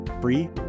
free